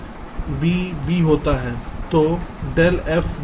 तो del f del a b है